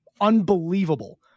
unbelievable